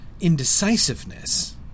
indecisiveness